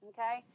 Okay